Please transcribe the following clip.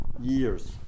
years